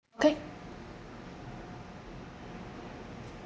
take